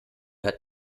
hat